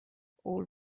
old